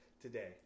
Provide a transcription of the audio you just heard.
today